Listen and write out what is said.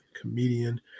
comedian